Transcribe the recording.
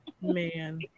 Man